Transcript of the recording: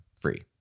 free